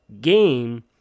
game